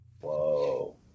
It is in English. Whoa